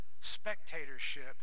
spectatorship